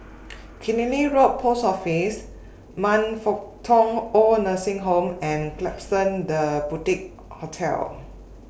Killiney Road Post Office Man Fut Tong Oid Nursing Home and Klapsons The Boutique Hotel